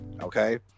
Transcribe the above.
Okay